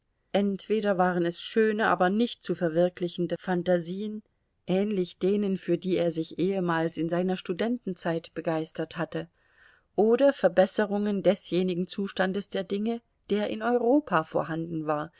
entweder waren es schöne aber nicht zu verwirklichende phantasien ähnlich denen für die er sich ehemals in seiner studentenzeit begeistert hatte oder verbesserungen desjenigen zustandes der dinge der in europa vorhanden war